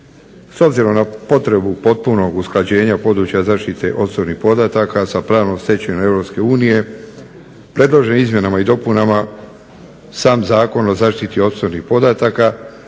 S obzirom na potrebu potpunog usklađenja područja zaštite osobnih podataka sa pravnom stečevinom EU predloženim izmjenama i dopunama sam Zakon o zaštiti osobnih podataka